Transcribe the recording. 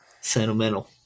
Sentimental